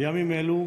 בימים אלו,